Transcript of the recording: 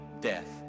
death